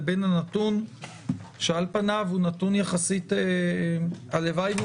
לבין הנתון שעל פניו הוא נתון יחסית הלוואי שהוא